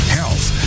health